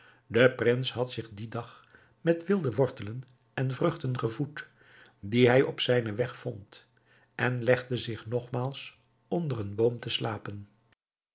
de prins had zich dien dag met wilde wortelen en vruchten gevoed die hij op zijnen weg vond en legde zich nogmaals onder een boom te slapen